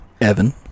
Evan